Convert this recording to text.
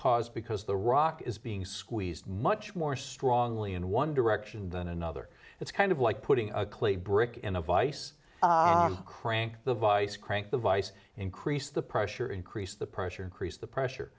caused because the rock is being squeezed much more strongly in one direction than another it's kind of like putting a clay brick in a vise crank the vise crank the vise increase the pressure increase the pressure crease the pressure